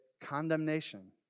condemnation